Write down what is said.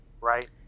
right